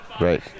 Right